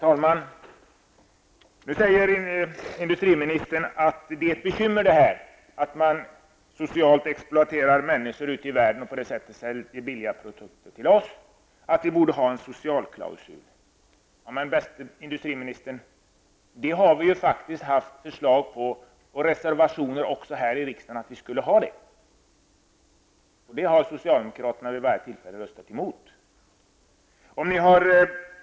Herr talman! Industriministern säger att det är ett bekymmer att människor ute i världen socialt exploateras. På det sättet kan produkter säljas billigt till oss. Vidare säger industriministern att vi borde ha en socialklausul. Men, bäste industriministern, sådana förslag -- ja, den saken har också tagits upp i reserverationer -- har faktiskt förekommit här i riksdagen. Socialdemokraterna har vid varje tillfälle röstat emot sådana förslag.